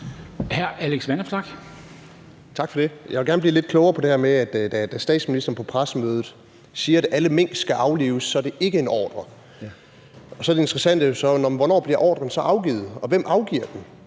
Alex Vanopslagh (LA): Tak for det. Jeg vil gerne blive lidt klogere på det her med, at da statsministeren på pressemødet siger, at alle mink skal aflives, så er det ikke en ordre. Så er det interessante jo så: Hvornår bliver ordren så afgivet? Og hvem afgiver den?